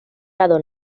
lado